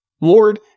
Lord